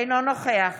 אינו נוכח